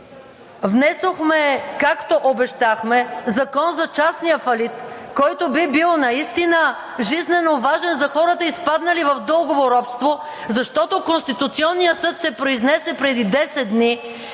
Внесохме, както обещахме, Закон за частния фалит, който би бил наистина жизненоважен за хората, изпаднали в дългово робство, защото Конституционният съд се произнесе преди 10 дни